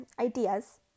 ideas